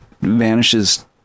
vanishes